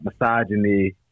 misogyny